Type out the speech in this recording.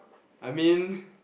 I mean